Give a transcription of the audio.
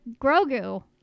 Grogu